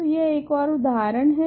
तो यह एक ओर उदाहरण है